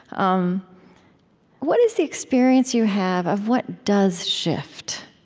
um what is the experience you have of what does shift?